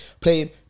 Playing